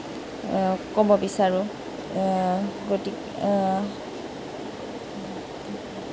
ক'ব বিচাৰোঁ গতিকে